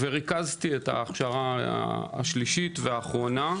ריכזתי את ההכשרה השלישית והאחרונה.